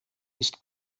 ist